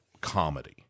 comedy